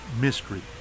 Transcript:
mystery